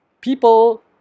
people